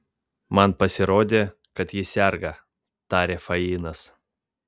man pasirodė kad ji serga tarė fainas